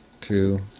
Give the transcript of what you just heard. two